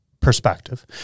Perspective